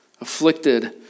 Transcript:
Afflicted